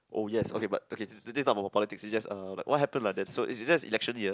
oh yes okay but okay this this is not about politics this is just uh what happen back then so it's just election year